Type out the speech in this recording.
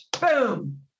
Boom